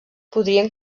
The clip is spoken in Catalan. podrien